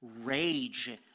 rage